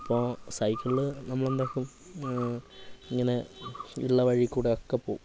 അപ്പോൾ സൈക്കിളിൽ നമ്മൾ എന്താക്കും ഇങ്ങനെ ഉള്ള വഴിയിൽക്കൂടിയൊക്കെ പോകും